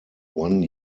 one